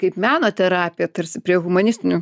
kaip meno terapija tarsi prie humanistinių